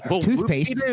toothpaste